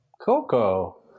coco